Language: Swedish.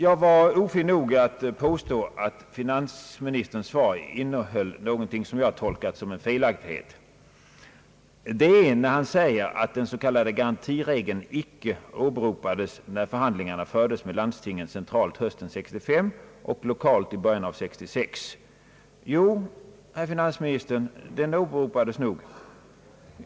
Jag var ofin nog att påstå att finansministerns svar innehöll något som jag tolkar som en felaktighet. Det är när han säger att den s.k. garantiregeln icke åberopades när förhandlingarna fördes med landstingen centralt hösten 1965 och lokalt i början av år 1966. Jo, herr finansminister, den åberopades nog.